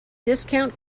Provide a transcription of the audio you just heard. discount